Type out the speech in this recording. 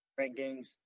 rankings